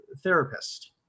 therapist